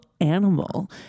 animal